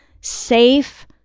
safe